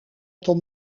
tom